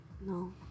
no